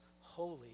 holy